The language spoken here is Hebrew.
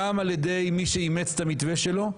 גם על ידי מי שאימץ את המתווה שלו.